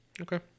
Okay